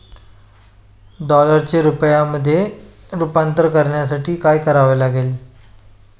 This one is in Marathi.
डॉलरचे रुपयामध्ये रूपांतर करण्यासाठी काय करावे लागेल?